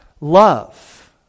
love